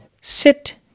sit